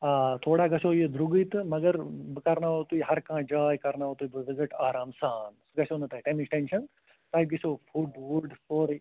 آ تھوڑا گژھوٕ یہِ درٚوٚگٔے تہٕ مگر بہٕ کٔرٕناوہو تُہۍ ہر کانٛہہ جاے کرناوہو تہۍ بہٕ وِزٹ آرام سان سُہ گژھوٕ نہٕ تمِچ ٹیٚنشن تۄہہِ گژھوٕ فوڈ ووڈ سورُے